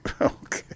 Okay